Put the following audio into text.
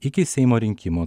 iki seimo rinkimų